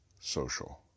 social